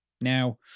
Now